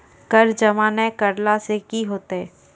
कर जमा नै करला से कि होतै?